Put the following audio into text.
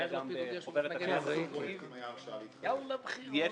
זה